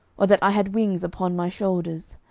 or that i had wings upon my shoulders.